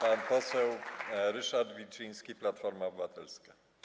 Pan poseł Ryszard Wilczyński, Platforma Obywatelska.